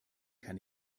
kann